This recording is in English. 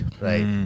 right